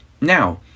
Now